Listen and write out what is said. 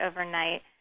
overnight